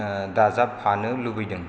दाजाबफानो लुबैदों